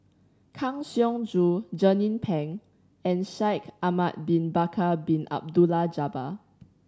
Kang Siong Joo Jernnine Pang and Shaikh Ahmad Bin Bakar Bin Abdullah Jabbar